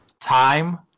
Time